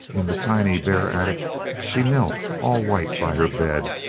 in the tiny bare attic she knelt all white by her bed,